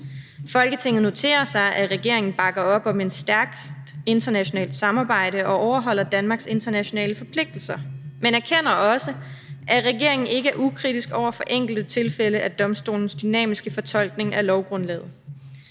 Folketinget noterer sig, at regeringen bakker op om et stærkt internationalt samarbejde og overholder Danmarks internationale forpligtigelser, men erkender også, at regeringen ikke er ukritisk over for enkelte tilfælde af domstolens dynamiske fortolkninger af lovgrundlaget.